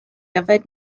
yfed